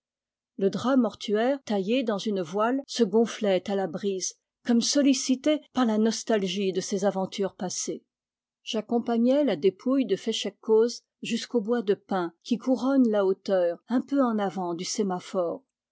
le drap mortuaire taillé dans une voile se gonflait à la brise comme sollicité par la nostalgie de ses aventures passées j'accompagnai la dépouille de féchec coz jusqu'au bois de pins qui couronne la hauteur un peu en avant du sémaphore